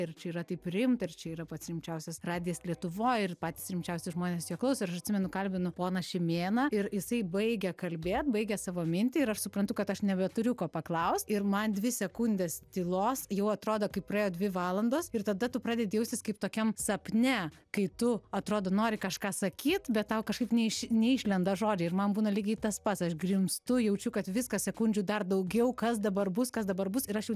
ir čia yra taip rimta ir čia yra pats rimčiausias radijas lietuvoj ir patys rimčiausi žmonės jo klauso atsimenu kalbinu poną šimėną ir jisai baigia kalbėt baigia savo mintį ir aš suprantu kad aš nebeturiu ko paklaust ir man dvi sekundės tylos jau atrodo kai praėjo dvi valandos ir tada tu pradedi jaustis kaip tokiam sapne kai tu atrodo nori kažką sakyt bet tau kažkaip neiš neišlenda žodžiai ir man būna lygiai tas pats aš grimztu jaučiu kad viskas sekundžių dar daugiau kas dabar bus kas dabar bus ir aš jau